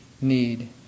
need